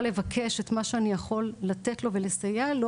לבקש את מה שאני יכול לתת לו ולסייע לו,